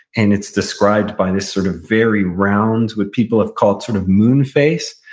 and it's described by this sort of very round, what people have called sort of moon-face,